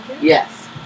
Yes